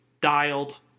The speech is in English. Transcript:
dialed